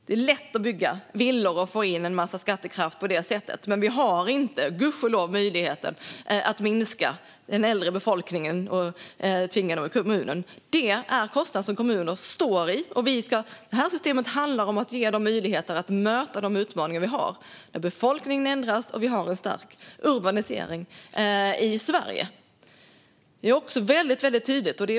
Det är lätt att bygga villor och få in en massa skattekraft på det sättet, men vi har gudskelov inte möjligheten att minska den äldre befolkningen och tvinga ut dem ur kommunen. Detta är kostnader som kommuner står i. Detta system handlar om att ge dem möjligheter att möta de utmaningar vi har när befolkningen ändras och vi har en stark urbanisering i Sverige. Detta är väldigt tydligt.